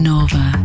Nova